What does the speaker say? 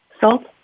Salt